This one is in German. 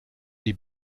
die